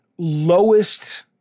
lowest